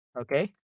okay